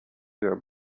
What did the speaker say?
were